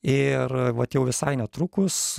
ir vat jau visai netrukus